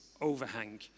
overhang